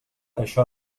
això